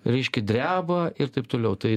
reiškia dreba ir taip toliau tai